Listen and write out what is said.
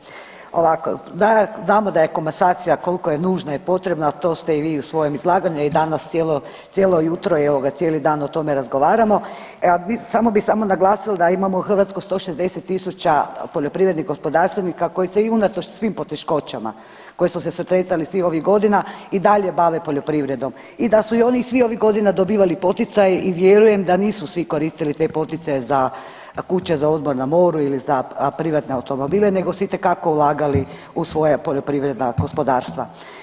Kolega Piletić, ovako znamo da je komasacija koliko je nužna i potrebna to ste i vi u svojem izlaganju i danas cijelo jutro i evo ga cijeli dan o tome razgovaramo, samo bi samo naglasila da imamo u Hrvatskoj 160.000 poljoprivrednih gospodarstvenika koji se i unatoč svim poteškoćama koji su se susretali svih ovih godina i dalje bave poljoprivrednom i da su i oni svih ovih godina dobivali poticaje i vjerujem da nisu svi koristili te poticaje za kuće za odmor na moru ili za privatne automobile nego su itekako ulagali u svoja poljoprivredna gospodarstva.